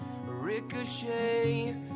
Ricochet